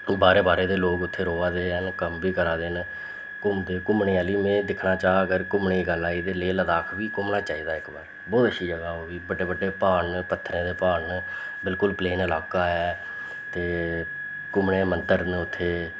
बाह्रै बाह्रै दे लोक उत्थें रोऐ दे अजें कम्म बी करै दे न घूमदे घूमने आह्ली में दिक्खना चाह् अगर घूमने दी गल्ल आई ते लेह लद्दाख बी घूमना चाहिदा इक बार बोह्त अच्छी जगह् ओह् बी बड्डे बड्डे प्हाड़ न पत्थरें दे प्हाड़ न बिलकुल प्लेन लाका ऐ ते घूमने दा मंदर न उत्थें